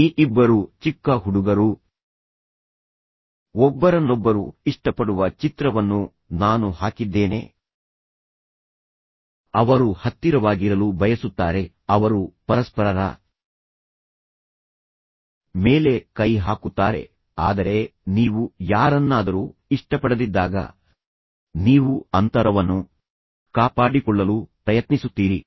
ಈ ಇಬ್ಬರು ಚಿಕ್ಕ ಹುಡುಗರು ಒಬ್ಬರನ್ನೊಬ್ಬರು ಇಷ್ಟಪಡುವ ಚಿತ್ರವನ್ನು ನಾನು ಹಾಕಿದ್ದೇನೆ ಅವರು ಹತ್ತಿರವಾಗಿರಲು ಬಯಸುತ್ತಾರೆ ಅವರು ಪರಸ್ಪರರ ಮೇಲೆ ಕೈ ಹಾಕುತ್ತಾರೆ ಆದರೆ ನೀವು ಯಾರನ್ನಾದರೂ ಇಷ್ಟಪಡದಿದ್ದಾಗ ನೀವು ಅಂತರವನ್ನು ಕಾಪಾಡಿಕೊಳ್ಳಲು ಪ್ರಯತ್ನಿಸುತ್ತೀರಿ